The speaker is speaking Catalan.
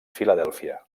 filadèlfia